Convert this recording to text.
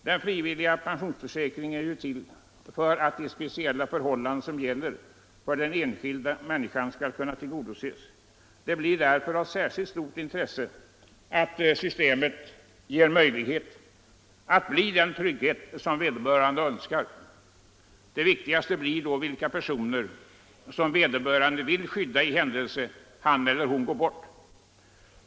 Den frivilliga pensionsförsäkringen är ju till för att de speciella förhållanden som gäller för den enskilda människan skall kunna tillgodoses. Det blir därför av särskilt stort intresse att systemet ger möjlighet till den trygghet som vederbörande önskar. Det viktigaste blir då vilka personer som vederbörande vill skydda i händelse han eller hon går bort.